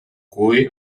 cui